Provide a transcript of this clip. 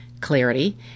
Clarity